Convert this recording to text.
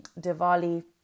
Diwali